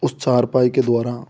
उस चारपाई के द्वारा